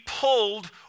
pulled